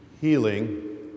Healing